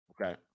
Okay